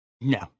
No